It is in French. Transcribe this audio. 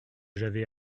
j’avais